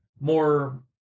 more